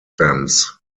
stems